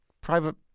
private